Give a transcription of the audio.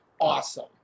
Awesome